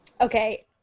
Okay